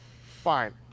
Fine